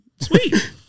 Sweet